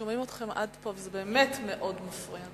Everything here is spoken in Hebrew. שומעים אתכם עד פה וזה באמת מאוד מפריע.